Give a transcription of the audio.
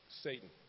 Satan